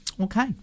Okay